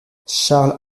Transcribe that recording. charles